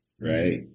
right